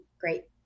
great